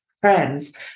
friends